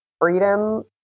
freedom